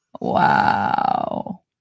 Wow